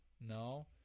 no